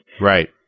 Right